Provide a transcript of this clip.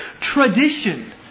tradition